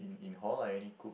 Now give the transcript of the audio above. in hall I only cook